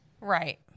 Right